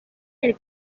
del